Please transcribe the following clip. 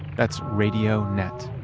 that's radio net.